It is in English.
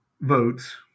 Votes